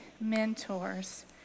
mentors